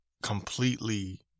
completely